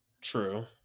True